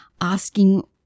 asking